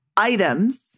items